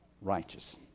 righteous